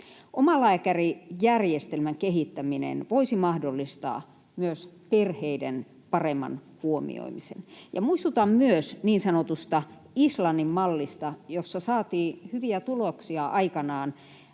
Omalääkärijärjestelmän kehittäminen voisi mahdollistaa myös perheiden paremman huomioimisen. Muistutan myös niin sanotusta Islannin-mallista, jossa saatiin hyviä tuloksia aikanaan